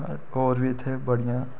होर बी इत्थें बड़ियां